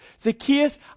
Zacchaeus